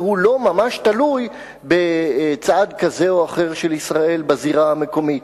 והוא לא ממש תלוי בצעד כזה או אחר של ישראל בזירה המקומית.